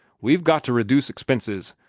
we've got to reduce expenses.